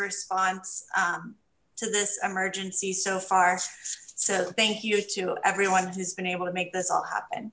response to this emergency so far so thank you to everyone who's been able to